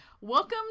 Welcome